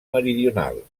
meridional